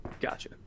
Gotcha